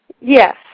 Yes